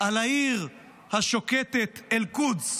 על העיר השוקטת אל-קודס